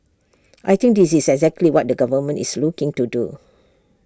I think this is exactly what the government is looking to do